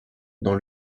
dans